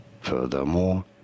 Furthermore